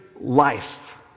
life